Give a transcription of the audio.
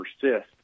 persist